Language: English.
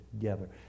together